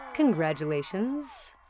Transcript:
Congratulations